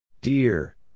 Dear